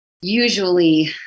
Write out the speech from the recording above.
usually